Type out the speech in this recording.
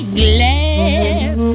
glad